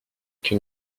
que